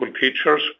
teachers